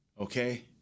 okay